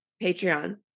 Patreon